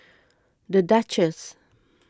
the Duchess